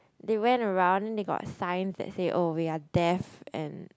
they went around they got signs that say oh we are deaf and